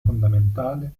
fondamentale